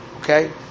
okay